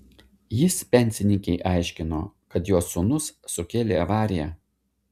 jis pensininkei aiškino kad jos sūnus sukėlė avariją